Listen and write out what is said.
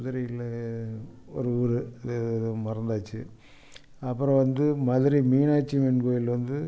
மதுரையில் ஒரு ஊர் இது ஒரு மறந்தாச்சு அப்பறம் வந்து மதுரை மீனாட்சி அம்மன் கோயில் வந்து